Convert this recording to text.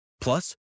Plus